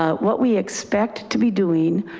ah what we expect to be doing,